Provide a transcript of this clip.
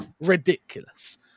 ridiculous